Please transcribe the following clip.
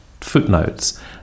footnotes